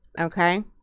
Okay